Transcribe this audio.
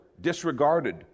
disregarded